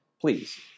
please